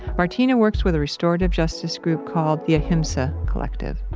martina works with a restorative justice group called the ahimsa collective